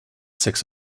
six